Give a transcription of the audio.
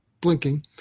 blinking